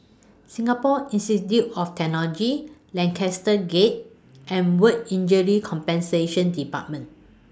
Singapore Institute of Technology Lancaster Gate and Work Injury Compensation department